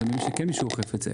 אני מאמין שמישהו כן אוכף את זה.